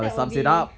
that will be